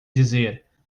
dizer